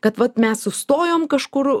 kad vat mes sustojom kažkur